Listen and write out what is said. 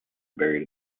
buried